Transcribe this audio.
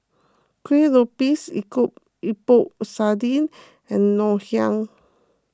Kuih Lopes Epok Epok Sardin and Ngoh Hiang